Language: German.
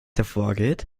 hervorgeht